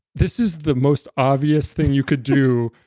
this is the most obvious thing you could do.